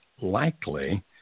likely